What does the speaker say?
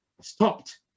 stopped